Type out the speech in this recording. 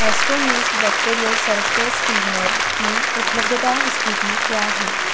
astonish anti bacterial surface cleaner की उपलब्धता स्थिति क्या है